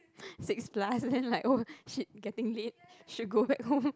six plus then like !oh shit! getting late should go back home